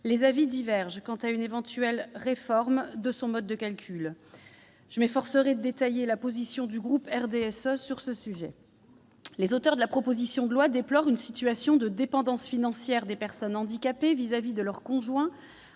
les avis divergent quant à une éventuelle réforme de son mode de calcul. Je m'efforcerai de détailler la position du groupe du RDSE sur ce sujet. Les auteurs de la proposition de loi déplorent une situation de dépendance financière des personnes handicapées à l'égard de leur conjoint,